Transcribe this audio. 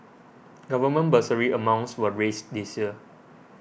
government bursary amounts were raised this year